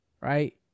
right